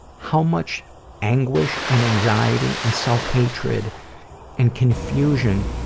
how much anguish and anxiety and self-hatred and confusion